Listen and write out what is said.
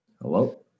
Hello